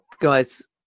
guys